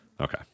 Okay